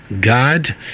God